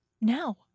Now